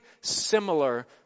similar